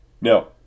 Now